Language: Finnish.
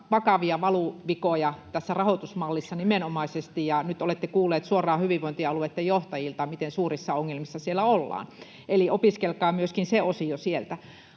vakavia valuvikoja nimenomaisesti rahoitusmallissa, ja nyt olette kuullut suoraan hyvinvointialueitten johtajilta, miten suurissa ongelmissa siellä ollaan. Eli opiskelkaa myöskin se osio sieltä.